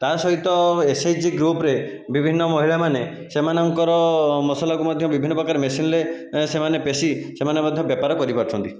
ତା' ସହିତ ଏସ୍ଏସ୍ଯି ଗ୍ରୁପ୍ରେ ବିଭିନ୍ନ ମହିଳାମାନେ ସେମାନଙ୍କର ମସଲାକୁ ମଧ୍ୟ ବିଭିନ୍ନ ପ୍ରକାର ମେସିନ୍ରେ ସେମାନେ ପେଶି ସେମାନେ ମଧ୍ୟ ବେପାର କରିପାରୁଛନ୍ତି